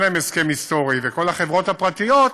להן הסכם היסטורי וכל החברות הפרטיות,